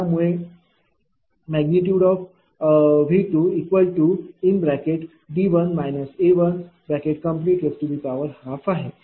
त्यामुळे V2D1 A12 आहे